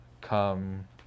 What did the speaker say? come